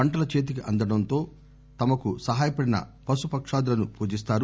పంటలు చేతికి అందడంలో తమకు సహాయపడిన పశు పక్షాదులను పూజిస్తారు